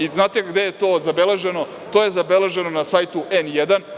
I, znate gde je to zabeleženo, to je zabeleženo na sajtu „N1“